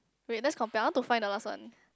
wait let's compare I want to find the last one